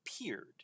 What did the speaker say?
appeared